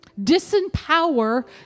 Disempower